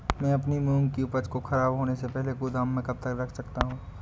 मैं अपनी मूंग की उपज को ख़राब होने से पहले गोदाम में कब तक रख सकता हूँ?